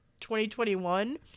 2021